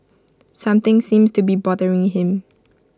something seems to be bothering him